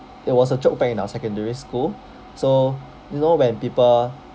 it was a joke back in our secondary school so you know when people